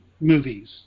movies